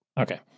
Okay